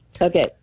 Okay